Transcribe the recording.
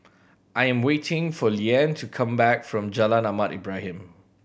I am waiting for Liane to come back from Jalan Ahmad Ibrahim